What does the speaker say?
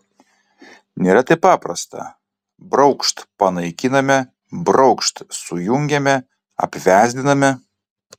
nėra taip paprasta braukšt panaikiname braukšt sujungiame apvesdiname